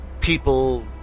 people